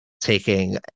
taking